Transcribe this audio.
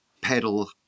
pedal